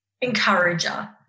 encourager